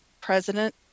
president